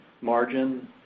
margin